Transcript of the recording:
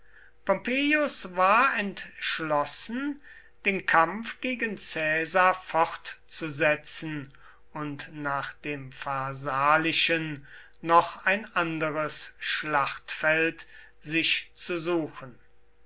pompeius war entschlossen den kampf gegen caesar fortzusetzen und nach dem pharsalischen noch ein anderes schlachtfeld sich zu suchen